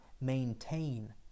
maintain